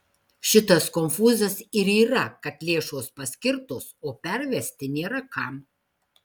šitas konfūzas ir yra kad lėšos paskirtos o pervesti nėra kam